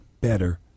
better